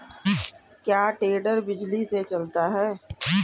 क्या टेडर बिजली से चलता है?